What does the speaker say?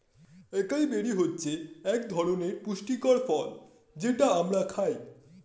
একাই বেরি হচ্ছে একধরনের পুষ্টিকর ফল যেটা আমরা খাই